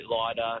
lighter